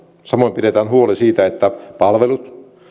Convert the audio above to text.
samoin pidetään huoli siitä että palvelut